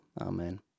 Amen